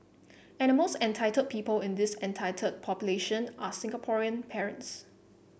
and the most entitled people in this entitled population are Singaporean parents